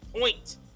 point